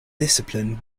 discipline